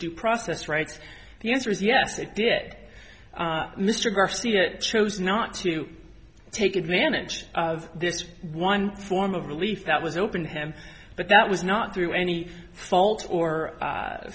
due process rights the answer is yes it did mr garcia chose not to take advantage of this one form of relief that was open to him but that was not through any fault or